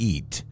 Eat